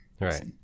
right